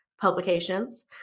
publications